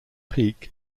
peak